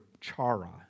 chara